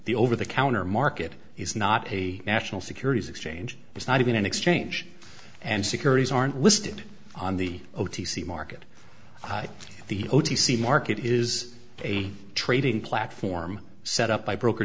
the over the counter market is not a national securities exchange it's not even an exchange and securities aren't listed on the o t c market the o t c market is a trading platform set up by broker